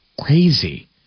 crazy